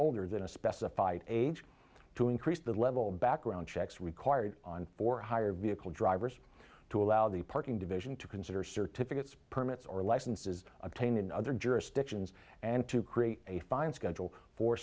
older than a specified age to increase the level of background checks required on for hire vehicle drivers to allow the parking division to consider certificates permits or licenses obtained in other jurisdictions and to create a fine schedule for